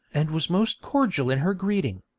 and was most cordial in her greeting.